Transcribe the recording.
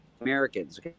Americans